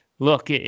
Look